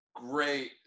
great